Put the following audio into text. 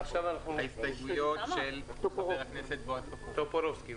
עכשיו אנחנו בהסתייגות של חבר הכנסת בועז טופורובסקי.